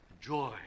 joy